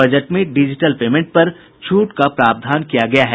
budget में digital payment पर छूट का प्रावधान किया गया है